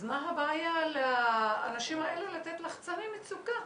אז מה הבעיה לאנשים האלה לתת לחצני מצוקה?